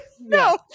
No